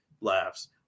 laughs